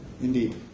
Indeed